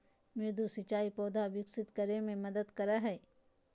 मृदु सिंचाई पौधा विकसित करय मे मदद करय हइ